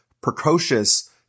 precocious